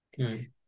okay